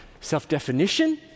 self-definition